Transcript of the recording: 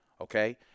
okay